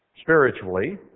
spiritually